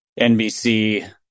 nbc